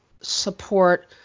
support